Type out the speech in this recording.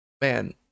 man